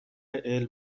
علم